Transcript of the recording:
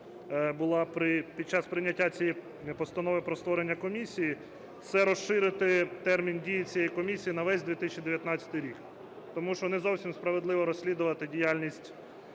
була під час прийняття цієї постанови про створення комісії. Це розширити термін дії цієї комісії на весь 2019 рік. Тому що не зовсім справедливо розслідувати діяльність